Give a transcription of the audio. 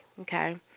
okay